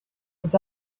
was